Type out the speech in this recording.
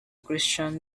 christian